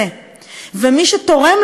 ומי שתורם לקישור הזה,